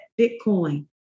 Bitcoin